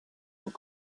sont